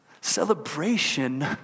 celebration